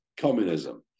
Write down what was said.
communism